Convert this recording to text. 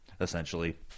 essentially